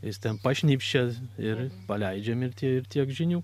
jis ten pašnypčia ir paleidžim ir tie tiek žinių